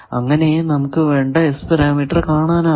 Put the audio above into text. അങ്ങനെയേ നമുക്ക് വേണ്ട S matrix കാണാനാകൂ